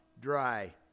dry